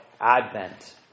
Advent